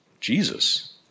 Jesus